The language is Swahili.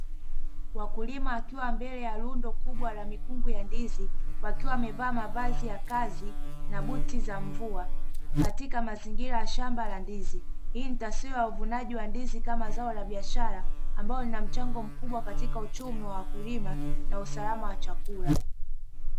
Wakulima wakiwa mbele ya rundo la mikungu ya ndizi wakiwa wamevaa mavazi ya kazi na buti za mvua katika mazingira ya shamba la ndizi. Hii ni taswira ya uvunaji wa ndizi kama zao la biashara ambalo lina mchango mkubwa katika uchumi wa wakulima na usalama wa chakula.